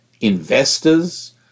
investors